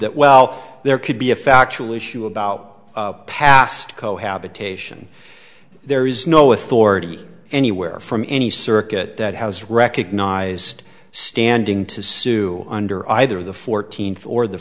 that well there could be a factual issue about past cohabitation there is no authority anywhere from any circuit has recognized standing to sue under either the fourteenth or the